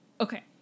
okay